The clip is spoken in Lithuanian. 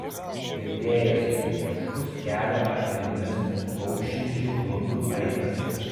girdėjosi tik aiškus kelio akmenimis kaukšinčių klumpių aidas